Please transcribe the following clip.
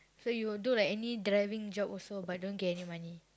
so you would do like any driving job also but don't get any money